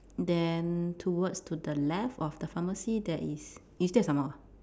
then towards to the left of the pharmacy there is you still have some more ah